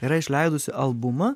yra išleidusi albumą